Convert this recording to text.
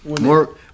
More